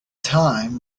time